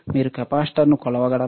మీరు కెపాసిటర్ను కొలవగలరా